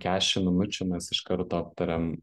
kešim minučių mes iš karto aptarėm